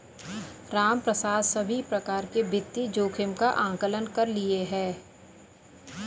रामप्रसाद सभी प्रकार के वित्तीय जोखिम का आंकलन कर लिए है